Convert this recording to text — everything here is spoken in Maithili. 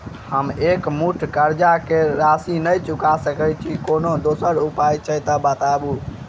हम एकमुस्त कर्जा कऽ राशि नहि चुका सकय छी, कोनो दोसर उपाय अछि तऽ बताबु?